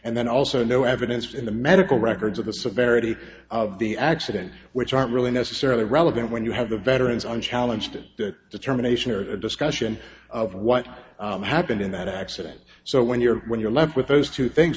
and then also no evidence in the medical records of the severity of the accident which aren't really necessarily relevant when you have a veteran's unchallenged that determination or a discussion of what happened in that accident so when you're when you're left with those two things